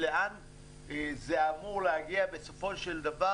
לאן זה אמור להגיע בסופו של דבר,